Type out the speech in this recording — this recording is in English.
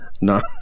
No